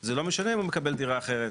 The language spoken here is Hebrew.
זה לא משנה אם הוא מקבל דירה אחרת.